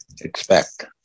expect